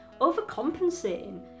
overcompensating